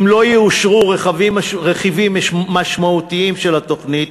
אם לא יאושרו רכיבים משמעותיים של התוכנית,